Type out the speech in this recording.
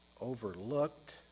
overlooked